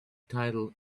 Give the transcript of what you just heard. titled